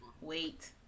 wait